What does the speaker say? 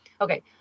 Okay